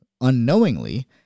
unknowingly